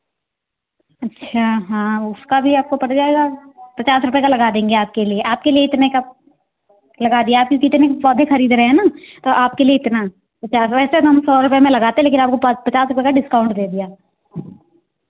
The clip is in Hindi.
अच्छा हाँ उसका भी आपको पड़ जाएगा पचास रुपए का लगा देंगे आपके लिए आपके लिए इतने का लगा दिया क्योंकि इतने पौधे खरीद रहे हैं ना तो आपके लिए इतना पचास वैसे तो हम सौ रुपए में लगाते लेकिन आपको प पचास रुपए का डिस्काउंट दे दिया